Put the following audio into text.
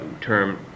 term